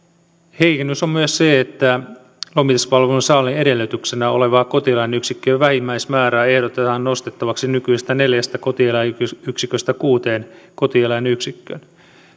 heikennys on myös se että lomituspalvelun saannin edellytyksenä olevaa kotieläinyksikköjen vähimmäismäärää ehdotetaan nostettavaksi nykyisestä neljästä kotieläinyksiköstä kuuteen kotieläinyksikköön